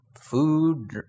food